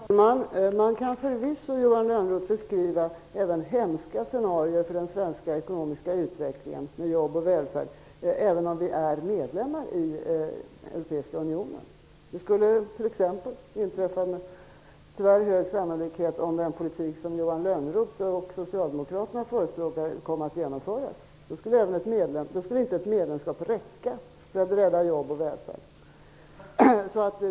Fru talman! Man kan förvisso, Johan Lönnroth, beskriva även hemska scenarier för den svenska ekonomiska utvecklingen, för jobb och välfärd, avseende ett läge där vi är medlemmer i Europeiska unionen. Ett sådant scenario skulle t.ex. med sannolikhet besannas i Sverige, om den politik som Johan Lönnroth och socialdemokraterna förespråkar kom att genomföras. Då skulle inte ett medlemskap räcka för att rädda jobb och välfärd.